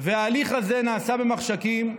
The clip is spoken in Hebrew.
וההליך הזה נעשה במחשכים.